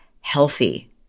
healthy